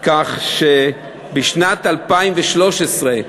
כך שבשנת 2013,